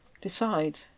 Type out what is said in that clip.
decide